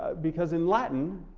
because in latin,